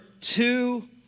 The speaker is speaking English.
two